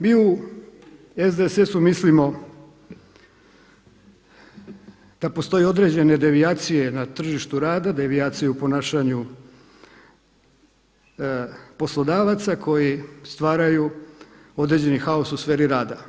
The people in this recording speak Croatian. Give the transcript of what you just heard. Mi u SDSS-u mislimo da postoje određene devijacije na tržištu rada, devijacije u ponašanju poslodavaca koji stvaraju određeni kaos u sferi rada.